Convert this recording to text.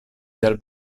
del